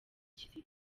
kiziba